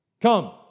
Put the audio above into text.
come